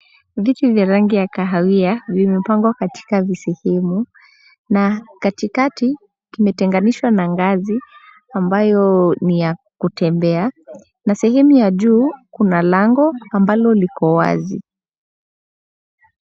Viti vya rangi ya kahawia vimepangwa katika visehemu, na katikati kumetenganishwa na ngazi ambayo ni ya kutembea, na sehemu ya juu kuna lango ambalo liko wazi.